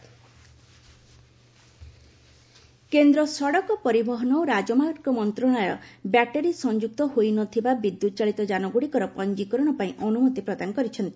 electronic vehicle କେନ୍ଦ୍ର ସଡ଼କ ପରିବହନ ଓ ରାଜମାର୍ଗ ମନ୍ତ୍ରଣାଳୟ ବ୍ୟାଟେରି ସଂଯୁକ୍ତ ହୋଇନଥିବା ବିଦ୍ୟୁତ୍ ଚାଳିତ ଯାନଗୁଡ଼ିକର ପଞ୍ଜିକରଣ ପାଇଁ ଅନୁମତି ପ୍ରଦାନ କରିଛନ୍ତି